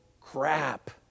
crap